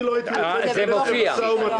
זה מופיע.